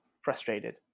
frustrated